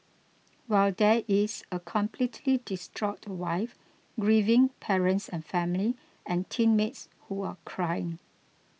while there is a completely distraught wife grieving parents and family and teammates who are crying